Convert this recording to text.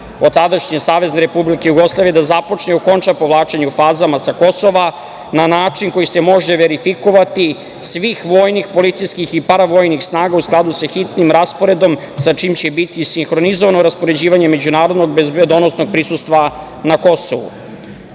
od tadašnje SRJ da započne i okonča povlačenje u fazama sa Kosova, na način koji se može verifikovati, svih vojnih, policijskih i paravojnih snaga u skladu sa hitnim rasporedom, sa čim će biti sinhronizovano raspoređivanje međunarodnog bezbedonosnog prisustva na Kosovu,